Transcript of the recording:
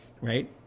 right